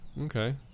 okay